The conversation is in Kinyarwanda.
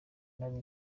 nari